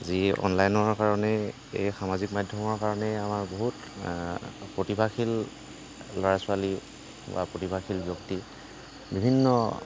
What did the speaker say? আজি অনলাইনৰ কাৰণেই এই সামাজিক মাধ্যমৰ কাৰণেই আমাৰ বহুত প্ৰতিভাশীল ল'ৰা ছোৱালী বা প্ৰতিভাশীল ব্যক্তি বিভিন্ন